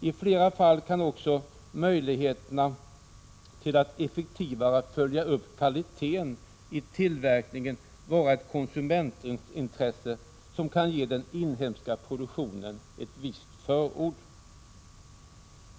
I flera fall kan också möjligheterna att effektivare följa upp kvaliteten i tillverkningen vara ett konsumentintresse som kan ge den inhemska produktionen ett visst försteg.